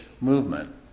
movement